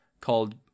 called